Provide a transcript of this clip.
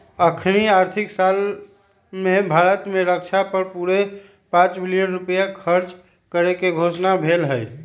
अखनीके आर्थिक साल में भारत में रक्षा पर पूरे पांच बिलियन रुपइया खर्चा करेके घोषणा भेल हई